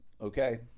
okay